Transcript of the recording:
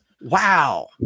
Wow